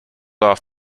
off